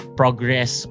progress